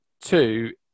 two